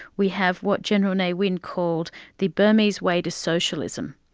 we have what general ne win called the burmese way to socialism.